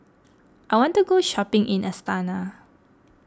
I want to go shopping in Astana